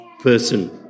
person